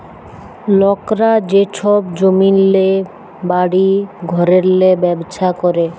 লকরা যে ছব জমিল্লে, বাড়ি ঘরেল্লে ব্যবছা ক্যরে